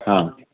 ହଁ